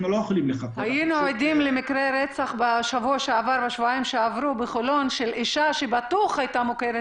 היינו עדים למקרה רצח בשבוע שעבר בחולון של אישה שבטוח הייתה מוכרת